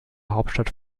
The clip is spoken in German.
hauptstadt